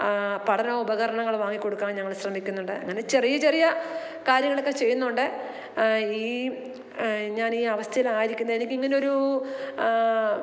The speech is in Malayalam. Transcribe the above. പഠനോപകരണങ്ങൾ വാങ്ങിക്കൊടുക്കാൻ ഞങ്ങൾ ശ്രമിക്കുന്നുണ്ട് അങ്ങനെ ചെറിയ ചെറിയ കാര്യങ്ങളക്കെ ചെയ്യുന്നുണ്ട് ഈ ഞാനീ അവസ്ഥയിലായിരുക്കുന്ന എനിക്കങ്ങനൊരു